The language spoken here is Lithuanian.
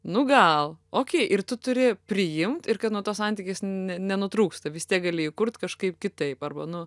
nu gal okei ir tu turi priimt ir kad nuo to santykis ne nenutrūksta vis tiek gali jį kurt kažkaip kitaip arba nu